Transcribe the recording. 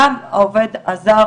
גם העובד הזר